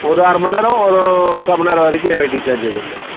ஒரு அரை மணி நேரம் ஒரு முக்கால் மணி நேரம் வரைக்கும் வெயிட்டிங் சார்ஜ் எதுவும் இல்லைங்க